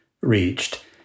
reached